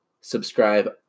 subscribe